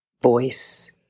voice